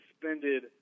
suspended